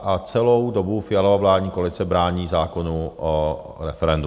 A celou dobu Fialova vládní koalice brání zákonu o referendu.